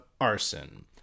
arson